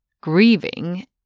grieving